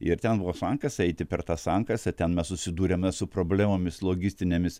ir ten buvo sankasa eiti per tą sankasą ten mes susidurėme su problemomis logistinėmis